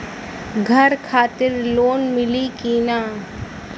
घर खातिर लोन मिली कि ना?